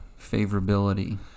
favorability